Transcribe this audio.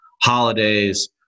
holidays